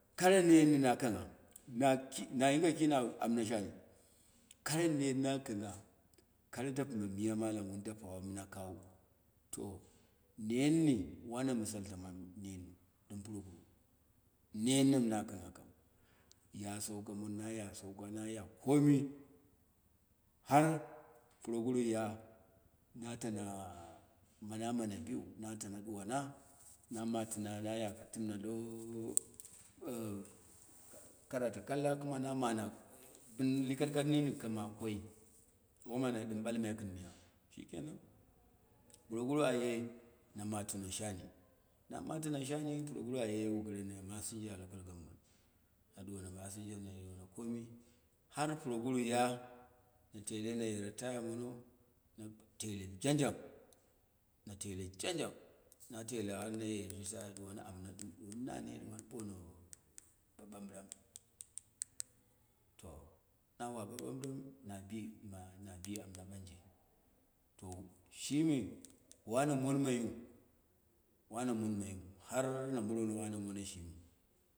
Kara neet ni na kangha, na yinge ki na amma shari kara neet na kangha, kara dapɨma miya malam, wun dapawa mina kawu to neet ni wana misalti nai neet ni dum proguwu neet ni mi na kangha kam, ya sauka mono naya sauka naya komi, har proguru ta na tana na mana biu na tana duwang na matina naya timna lo au karatu kalla kuma na mana bin likatkat mini kuma koi wom ana dim balmai gɨn miya shikenan proguru aye na matino shani, na matina shani proguru aye wu belene masinja local government, na duwana masjinja naya kime har proguru ya na tele naye ritaya mono na tele jang jang, na tele jang jang, na tela har naye duwani amma dim duwana nane duwani bono ɓaɓambɨram to nawa ɓaɓambɨram na bima na bi amna banji to shimi wano monmaiyu wano monmaiyu har na murono wano mone shimiu.